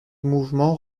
mouvement